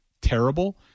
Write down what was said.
terrible